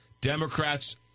Democrats